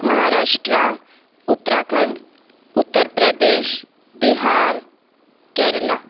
Maharashtra Uttarakhand Uttar Pradesh Bihar Kerala